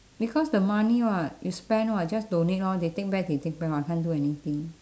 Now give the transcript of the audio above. because the money [what] you spend [what] just donate lor they take back they take back lor can't do anything